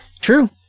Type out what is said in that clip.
True